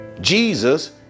Jesus